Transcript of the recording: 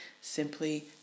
Simply